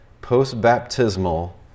post-baptismal